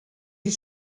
die